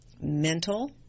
mental